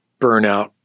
burnout